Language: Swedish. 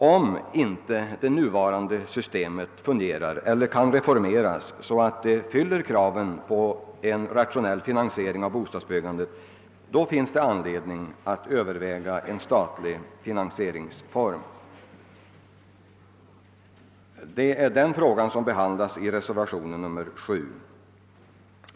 Om inte det nuvarande systemet fungerar eller kan reformeras så att det fyller kraven på en ras tionell finansiering av bostadsbyggandet, finns det anledning att överväga en statlig finansieringsform. Det är denna fråga som behandlas i reservationen 7.